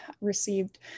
received